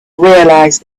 realise